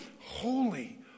holy